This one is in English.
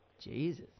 Jesus